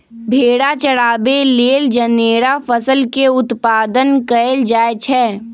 भेड़ा चराबे लेल जनेरा फसल के उत्पादन कएल जाए छै